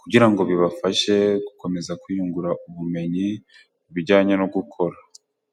kugira ngo bibafashe gukomeza kwiyungura ubumenyi mu bijyanye no gukora.